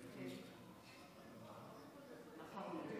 נפסקה בשעה 18:35 ונתחדשה בשעה 02:00.) ערב טוב.